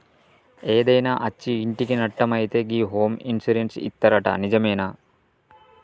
ఏదైనా అచ్చి ఇంటికి నట్టం అయితే గి హోమ్ ఇన్సూరెన్స్ ఇత్తరట నిజమేనా